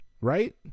Right